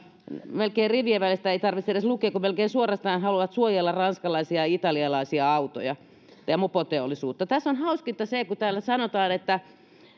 melkein rivien välistä ei tarvitse edes lukea kun melkein suorastaan he haluavat suojella ranskalaista ja ja italialaista auto ja mopoteollisuutta tässä on hauskinta se kun täällä sanotaan että